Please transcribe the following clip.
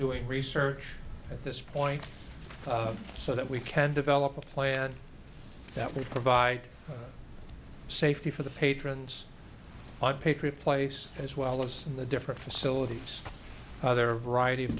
doing research at this point so that we can develop a plan that would provide safety for the patrons patriot place as well as the different facilities other variety of